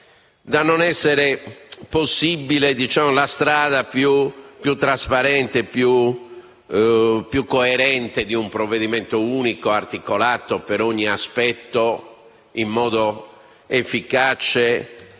da non rendere possibile la strada più trasparente e più coerente di un provvedimento unico, articolato per ogni aspetto in modo efficace